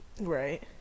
Right